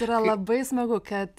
yra labai smagu kad